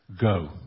go